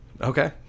okay